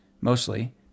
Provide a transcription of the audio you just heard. mostly